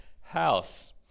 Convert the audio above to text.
house